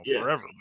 forever